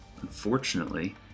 Unfortunately